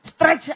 Stretch